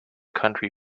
country